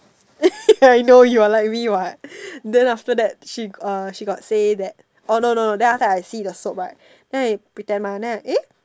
ya I know you are like me what then after that she uh she got say that orh no no then after that I see the soap mah then I pretend mah then I eh